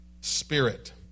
spirit